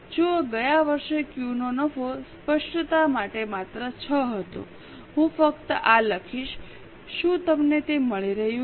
જુઓ ગયા વર્ષે ક્યૂ નો નફો સ્પષ્ટતા માટે માત્ર 6 હતો હું ફક્ત આ લખીશ શું તમને તે મળી રહ્યું છે